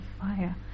fire